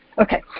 Okay